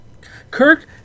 Kirk